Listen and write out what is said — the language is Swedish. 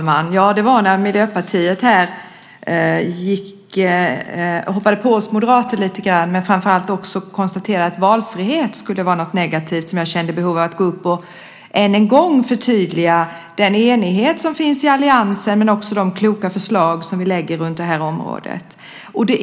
Herr talman! Det var när jag hörde Miljöpartiet hoppa på oss moderater lite grann, men framför allt när de konstaterade att valfrihet skulle vara något negativt, som jag kände behov av att gå upp i talarstolen och än en gång förtydliga den enighet som finns inom alliansen men också förtydliga de kloka förslag som vi lägger fram på det här området.